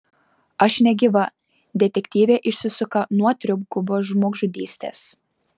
aš negyva detektyvė išsisuka nuo trigubos žmogžudystės